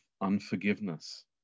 unforgiveness